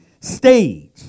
stage